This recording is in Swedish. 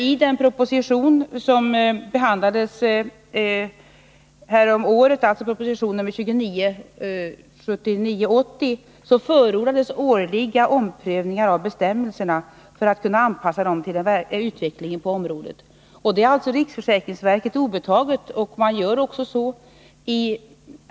I den proposition som behandlades häromåret, alltså proposition 1979/80:29, förordades årliga omprövningar av bestämmelserna för att man skulle kunna anpassa dem till den verkliga utvecklingen på området. Det är alltså riksförsäkringsverket obetaget att göra en anpassning.